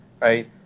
right